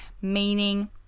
meaning